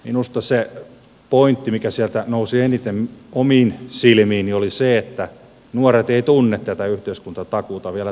minusta se pointti mikä sieltä nousi eniten omiin silmiini oli se että nuoret eivät tunne tätä yhteiskuntatakuuta vielä tarpeeksi hyvin